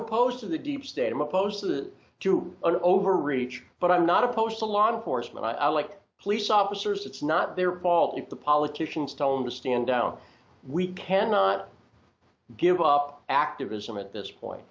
opposed to the deep state i'm opposed to an overreach but i'm not opposed to law enforcement i like police officers it's not their fault if the politicians tell him to stand down we cannot give up activism at this point